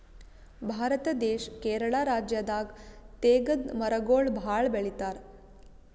ಭಾರತ ದೇಶ್ ಕೇರಳ ರಾಜ್ಯದಾಗ್ ತೇಗದ್ ಮರಗೊಳ್ ಭಾಳ್ ಬೆಳಿತಾರ್